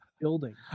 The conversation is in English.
building